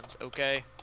okay